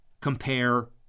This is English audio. compare